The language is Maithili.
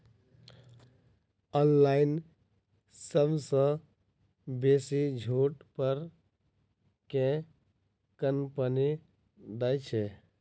ऑनलाइन सबसँ बेसी छुट पर केँ कंपनी दइ छै?